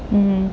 mm